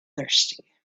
thirsty